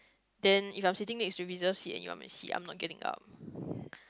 then if I'm sitting next to reserved seat and you want my seat I'm not getting up